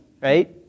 right